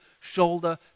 shoulder